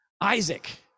Isaac